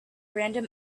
random